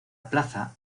plaza